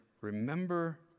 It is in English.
remember